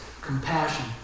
compassion